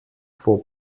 for